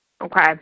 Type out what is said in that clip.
Okay